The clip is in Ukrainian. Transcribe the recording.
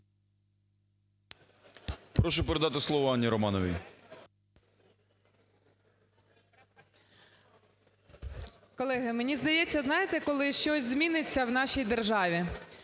Прошу передати слово Анні Романовій.